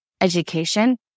education